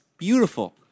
Beautiful